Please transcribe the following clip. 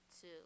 two